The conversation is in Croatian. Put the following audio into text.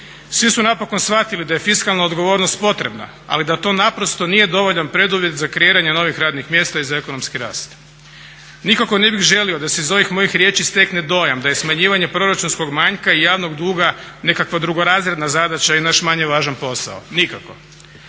Svi su napokon shvatili da je fiskalna odgovornost potrebna, ali da to naprosto nije dovoljan preduvjet za kreiranje novih radnih mjesta i za ekonomski rast. Nikako ne bih želio da se iz ovih mojih riječi stekne dojam da je smanjivanje proračunskog manjka i javnog duga nekakva drugorazredna zadaća i naš manje važan posao, nikako.